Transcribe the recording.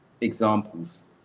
examples